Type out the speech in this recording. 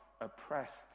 oppressed